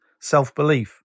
self-belief